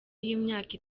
y’imyaka